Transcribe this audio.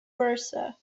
versa